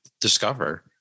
discover